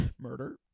murder